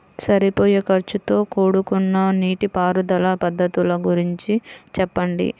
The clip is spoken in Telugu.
సరిపోయే ఖర్చుతో కూడుకున్న నీటిపారుదల పద్ధతుల గురించి చెప్పండి?